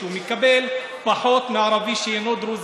מקבל פחות מערבי שאינו דרוזי,